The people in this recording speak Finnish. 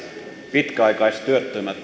pitkäaikaistyöttömien